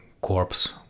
corpse